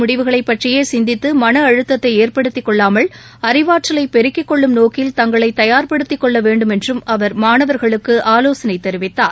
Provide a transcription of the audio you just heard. முடிவுகளைப் பற்றியேசிந்தித்தமனஅழுத்தத்தைஏற்படுத்திக் கொள்ளாமல் கேர்வு அறிவாற்றலைபெருக்கிக் கொள்ளும் நோக்கில் தங்களைதயார்படுத்திக் கொள்ளவேண்டும் என்றும் அவர் மாவணர்களுக்கு ஆலோசனைதெரிவித்தார்